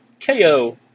KO